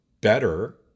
better